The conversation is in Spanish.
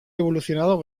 evolucionado